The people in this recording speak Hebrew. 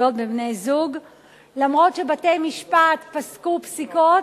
גם אם בתי-משפט פסקו פסיקות,